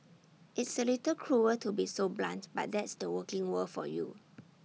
it's A little cruel to be so blunt but that's the working world for you